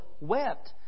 wept